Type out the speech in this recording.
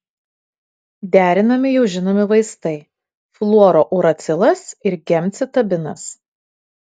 derinami jau žinomi vaistai fluorouracilas ir gemcitabinas